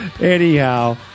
anyhow